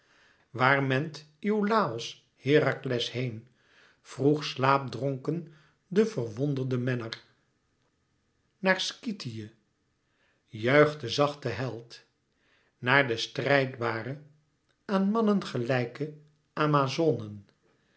waar ment iolàos herakles heen vroeg slaapdronken de verwonderde menner naar skythië juichte zacht de held naar de strijdbare aan mannen gelijke amazonen